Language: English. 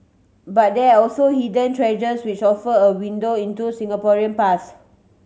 but there are also hidden treasures which offer a window into Singaporean past